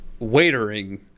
waitering